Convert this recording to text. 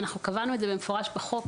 אנחנו קבענו את זה במפורש בחוק.